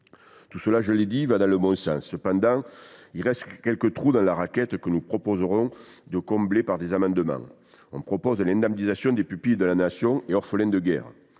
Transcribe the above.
Tout cela, je l’ai dit, va dans le bon sens. Cependant, il reste quelques trous dans la raquette que nous proposerons de combler par voie d’amendement. Un amendement vise ainsi à indemniser les pupilles de la Nation et les orphelins de guerre,